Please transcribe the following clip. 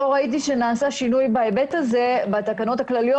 לא ראיתי שנעשה שינוי בהיבט הזה בתקנות הכלליות